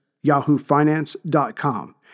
yahoofinance.com